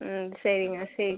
ம் சரிங்க சரி